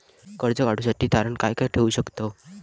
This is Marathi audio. कर्ज काढूसाठी तारण काय काय ठेवू शकतव?